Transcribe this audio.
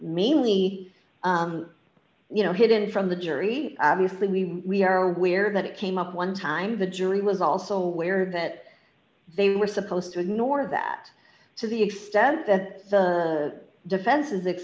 me you know hidden from the jury obviously we are aware that it came up one time the jury was also aware that they were supposed to ignore that to the extent that the defense